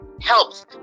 helps